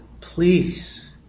please